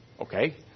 Okay